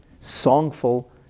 songful